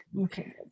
Okay